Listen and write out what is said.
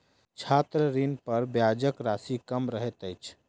छात्र ऋणपर ब्याजक राशि कम रहैत अछि